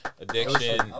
Addiction